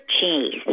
cheese